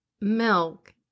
milk